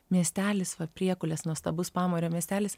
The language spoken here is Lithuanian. miestelis va priekulės nuostabus pamario miestelis